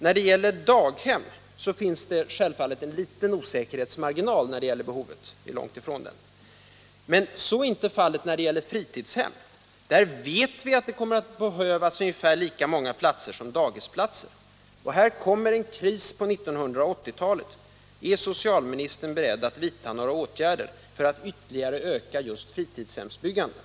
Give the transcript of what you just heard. När det gäller daghem finns det självfallet en liten osäkerhetsmarginal beträffande behovet. Så är inte fallet när det gäller fritidshemmen. Där vet vi att det kommer att behövas lika många platser som dagisplatser. Här kommer en kris på 1980-talet. Är socialministern beredd att vidta några åtgärder för att ytterligare öka fritidshemsbyggandet?